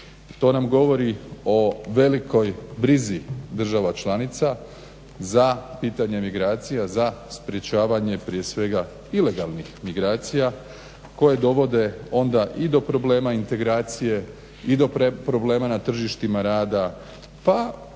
To nam govori o velikoj brzi država članica za pitanje emigracija, za sprečavanje prije svega ilegalnih migracija koje dovode onda i do problem integracije i do problema na tržištima rada pa u nekim